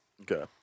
Okay